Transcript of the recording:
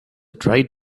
tried